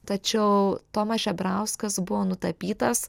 tačiau tomas žebrauskas buvo nutapytas